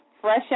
fresh